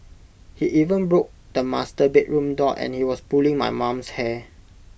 he even broke the master bedroom door and he was pulling my mum's hair